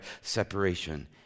separation